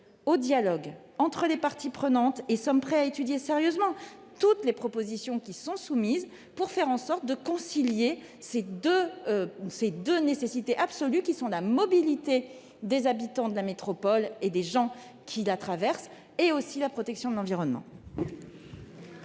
au dialogue entre les parties prenantes. Nous sommes prêts à étudier sérieusement toutes les propositions qui sont soumises pour concilier ces deux nécessités absolues : d'une part, la mobilité des habitants de la métropole et des personnes qui la traversent, de l'autre, la protection de l'environnement.